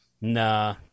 Nah